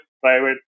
private